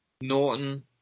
Norton